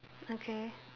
okay